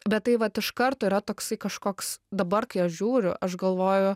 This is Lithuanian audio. bet tai vat iš karto yra toksai kažkoks dabar kai aš žiūriu aš galvoju